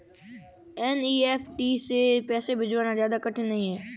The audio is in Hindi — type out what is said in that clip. एन.ई.एफ.टी से पैसे भिजवाना ज्यादा कठिन नहीं है